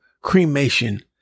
cremation